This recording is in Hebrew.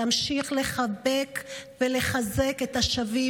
ולהמשיך לחבק ולחזק את השבים.